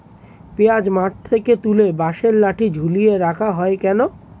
পিঁয়াজ মাঠ থেকে তুলে বাঁশের লাঠি ঝুলিয়ে রাখা হয় কেন?